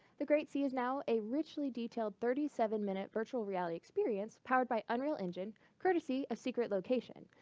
the great c is now a richly detailed, thirty seven minute virtual reality experience powered by unreal engine courtesy of secret location.